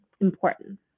important